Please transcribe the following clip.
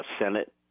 Senate